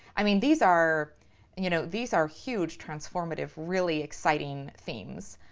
i mean, these are and you know these are huge, transformative, really exciting things